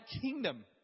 kingdom